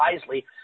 wisely